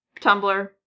Tumblr